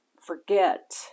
forget